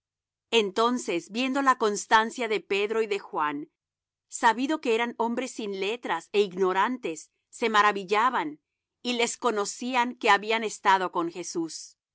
entonces viendo la constancia de pedro y de juan sabido que eran hombres sin letras é ignorantes se maravillaban y les conocían que habían estado con jesús